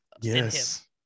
yes